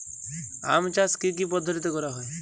আম চাষ কি কি পদ্ধতিতে করা হয়?